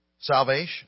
Salvation